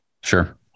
Sure